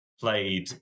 played